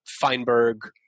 Feinberg